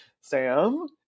Sam